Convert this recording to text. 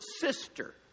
sister